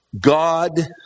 God